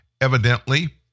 evidently